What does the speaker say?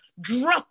drop